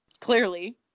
Clearly